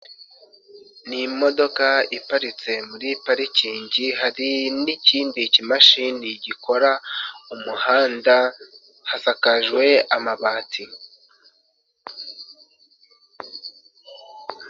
Ni imodoka iparitse muri parikingi hari n'ikindi kimashini gikora umuhanda hasakajwe amabati.